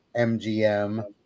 MGM